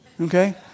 okay